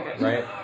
right